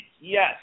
Yes